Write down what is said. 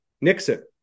Nixon